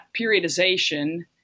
periodization